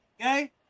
Okay